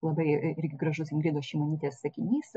labai irgi gražus ingridos šimonytės sakinys